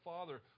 Father